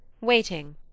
waiting